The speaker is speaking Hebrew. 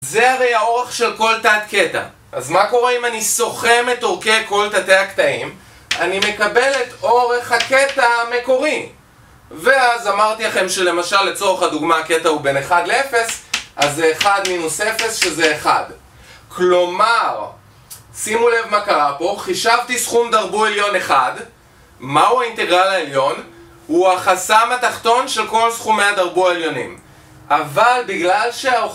זה הרי האורך של כל תת קטע אז מה קורה אם אני סוכם את אורכי כל תתי הקטעים אני מקבל את אורך הקטע המקורי ואז אמרתי לכם שלמשל לצורך הדוגמה הקטע הוא בין 1 ל-0 אז זה 1 מינוס 0 שזה 1 כלומר שימו לב מה קרה פה חישבתי סכום דרבו עליון 1 מהו האינטגרל העליון הוא החסם התחתון של כל סכומי הדרבו עליונים אבל בגלל שה...